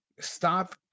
stop